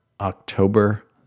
October